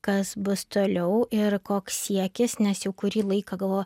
kas bus toliau ir koks siekis nes jau kurį laiką galvoju